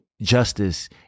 Justice